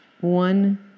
one